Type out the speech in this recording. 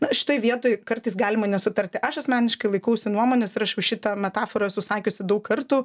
na šitoj vietoj kartais galima nesutarti aš asmeniškai laikausi nuomonės ir aš jau šitą metaforą esu sakiusi daug kartų